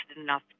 enough